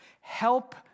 Help